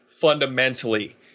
fundamentally